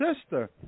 Sister